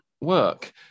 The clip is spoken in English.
work